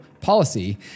policy